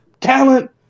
talent